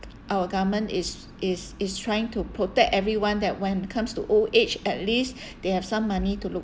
our government is is is trying to protect everyone that when it comes to old age at least they have some money to look